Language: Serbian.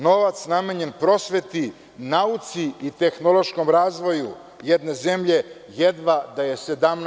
Novac namenjen prosveti, nauci i tehnološkom razvoju jedne zemlje jedva da je 17%